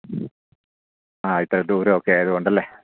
ആ ഇത്ര ദൂരമൊക്കെ ആയതുകൊണ്ടല്ലേ